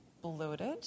bloated